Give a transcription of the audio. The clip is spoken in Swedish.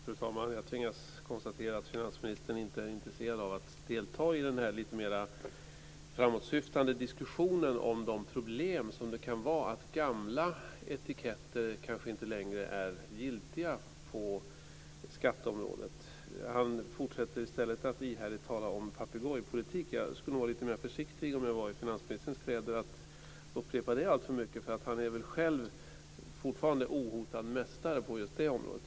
Fru talman! Jag tvingas konstatera att finansministern inte är intresserad av att delta i den här lite mer framåtsyftande diskussionen om att det kan vara problem med att gamla etiketter kanske inte längre är giltiga på skatteområdet. Han fortsätter i stället att ihärdigt tala om papegojpolitik. Jag skulle nog vara lite mer försiktig om jag var i finansministerns kläder med att upprepa det alltför mycket. Han är väl själv fortfarande ohotad mästare på just det området.